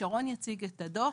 שרון יציג את הדוח,